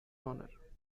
honor